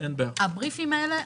הבריפים האלה,